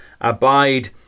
abide